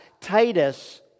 Titus